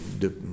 de